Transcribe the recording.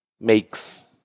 makes